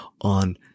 on